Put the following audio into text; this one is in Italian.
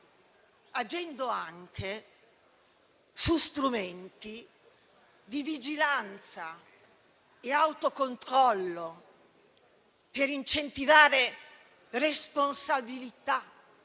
agendo anche su strumenti di vigilanza e autocontrollo per incentivare responsabilità,